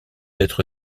être